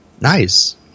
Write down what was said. Nice